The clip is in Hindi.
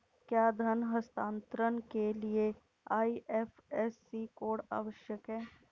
क्या धन हस्तांतरण के लिए आई.एफ.एस.सी कोड आवश्यक है?